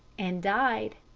and died.